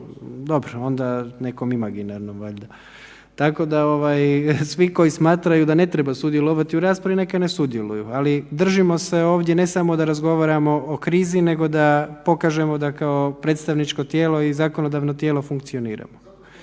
Dobro, onda nekom imaginarnom valjda. Tako da svi koji smatraju da ne trebaju sudjelovati u raspravi neka ne sudjeluju, ali držimo se ovdje ne samo da razgovaramo o krizi nego da pokažemo da kao predstavničko i zakonodavno tijelo funkcioniramo.